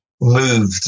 move